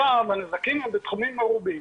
הנזקים הם בתחומים מרובים.